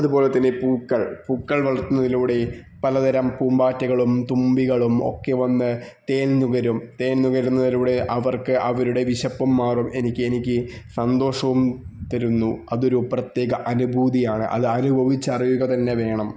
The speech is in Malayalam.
അതുപോലെ തന്നെ പൂക്കള് പൂക്കള് വളര്ത്തുന്നതിലൂടെ പലതരം പൂമ്പാറ്റകളും തുമ്പികളും ഒക്കെ വന്ന് തേന് നുകരും തേന് നുകരുന്നതിലൂടെ അവര്ക്ക് അവരുടെ വിശപ്പും മാറും എനിക്ക് എനിക്ക് സന്തോഷവും തരുന്നു അതൊരു പ്രത്യേക അനുഭൂതിയാണ് അത് അനുഭവിച്ചറിയുക തന്നെ വേണം